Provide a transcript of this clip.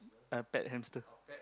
a pet hamster